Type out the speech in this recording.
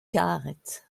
karet